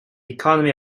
economy